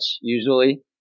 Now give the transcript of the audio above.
usually